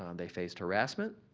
um they faced harassment.